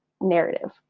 narrative